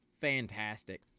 fantastic